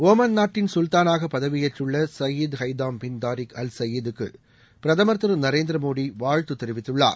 Oman நாட்டின் சுல்தானாக பதவியேற்றுள்ளசயீத் Haitham bin Tariq Al Said க்கு பிரதமர் திரு நரேந்திர மோடி வாழ்த்து தெரிவித்துள்ளார்